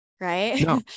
right